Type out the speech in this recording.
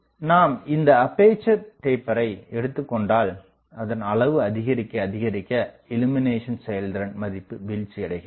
இங்கு நாம் இந்த அப்பேசர் டேப்பர்ரை எடுத்துக்கொண்டால் அதன் அளவு அதிகரிக்க அதிகரிக்க இல்லுமினேஷன் செயல்திறன் மதிப்பு வீழ்ச்சி அடைகிறது